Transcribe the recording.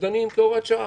שדנים כהוראת שעה,